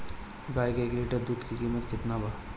गाय के एक लीटर दूध के कीमत केतना बा?